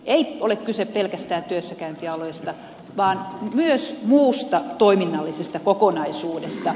ei ole kyse pelkästään työssäkäyntialueesta vaan myös muusta toiminnallisesta kokonaisuudesta